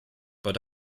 but